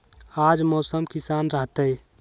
आज मौसम किसान रहतै?